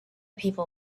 people